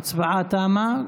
ההצבעה תמה.